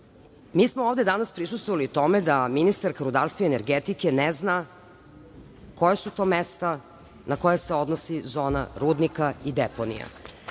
mi smo danas prisustvovali tome da ministarka rudarstva i energetike ne zna koja su to mesta na koja se odnosi zona rudnika i deponija. Zahtev